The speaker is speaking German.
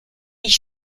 ich